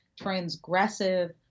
transgressive